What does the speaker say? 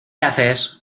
haces